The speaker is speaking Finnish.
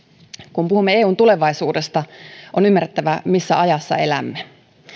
kun puhumme eun tulevaisuudesta on ymmärrettävä missä ajassa elämme